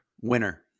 Winner